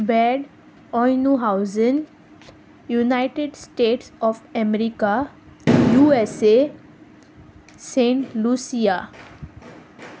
bedouin house in United States of America USA saint lucia